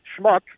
schmuck